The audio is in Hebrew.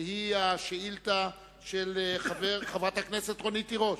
שהיא השאילתא של חברת הכנסת רונית תירוש,